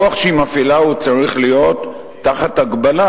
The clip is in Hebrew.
הכוח שהיא מפעילה צריך להיות תחת הגבלה,